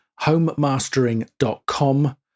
homemastering.com